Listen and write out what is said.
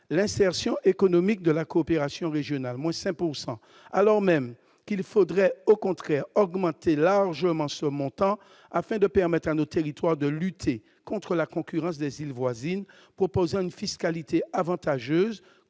l'insertion économique de la coopération régionale, moins 5 pourcent alors même qu'il faudrait au contraire augmenter largement ce montant afin de permettre à nos territoires de lutter contre la concurrence des îles voisines, proposant une fiscalité avantageuse,